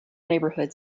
neighborhood